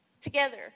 together